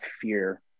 fear